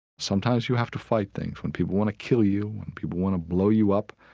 sometimes you have to fight things, when people want to kill you, when people want to blow you up,